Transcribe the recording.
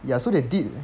ya so they did